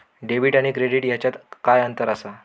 Debit आणि credit ह्याच्यात काय अंतर असा?